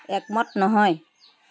একমত নহয়